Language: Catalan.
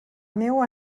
meua